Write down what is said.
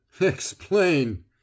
Explain